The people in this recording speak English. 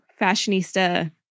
fashionista